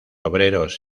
obreros